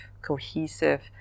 cohesive